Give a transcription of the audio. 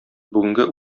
бүгенге